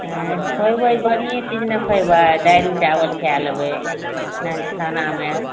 हँ खेबय बढ़ियें चीज नऽ खेबय दालि चावल खाइ लेबय ने खानामे